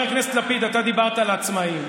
חבר הכנסת לפיד, אתה דיברת על העצמאים.